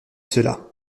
cela